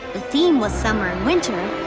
the theme was summer in winter,